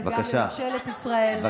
גם לממשלת ישראל,